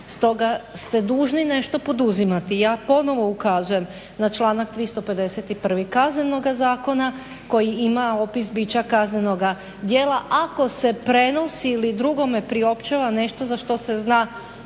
stoga ste dužni nešto poduzimati. Ja ponovo ukazujem na članak 351. Kaznenoga zakona koji ima opis bića kaznenoga djela ako se prenosi ili drugome priopćava nešto za što se zna